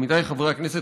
עמיתיי חברי הכנסת,